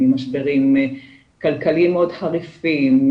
ממשברים כלכליים מאוד חריפים,